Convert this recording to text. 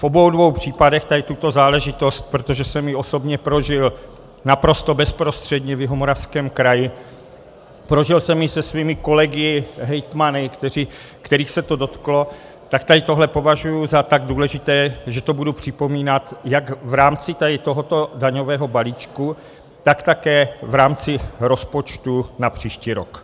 V obou případech tuto záležitost, protože jsem ji osobně prožil naprosto bezprostředně v Jihomoravském kraji, prožil jsem ji se svými kolegy hejtmany, kterých se to dotklo, tak tohle považuji za tak důležité, že to budu připomínat jak v rámci tohoto daňového balíčku, tak také v rámci rozpočtu na příští rok.